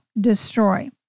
destroy